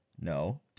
no